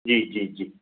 जी जी जी